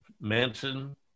Manson